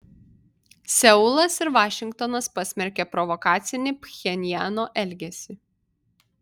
seulas ir vašingtonas pasmerkė provokacinį pchenjano elgesį